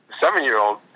seven-year-old